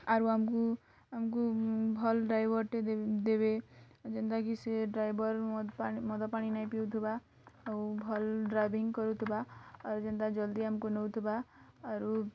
ଆରୁ ଆମ୍କୁ ଆମ୍କୁ ଭଲ୍ ଡ୍ରାଇଭର୍ଟେ ଦେବେ ଯେମ୍ତାକି ସେ ଡ଼୍ରାଇଭର୍ ମଦ୍ ପାଣି ମଦ ପାଣି ନାଇଁ ପିଉଥିବା ଆଉ ଭଲ୍ ଡ଼୍ରାଇଭିଙ୍ଗ୍ କରୁଥିବା ଆର୍ ଯେନ୍ତା ଯଦି ଆମ୍କୁ ଜଲ୍ଦି ନଉଥିବା ଆରୁ